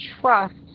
trust